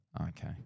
Okay